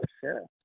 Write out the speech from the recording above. sure